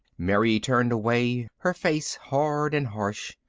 mary turned away, her face hard and harsh.